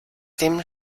dem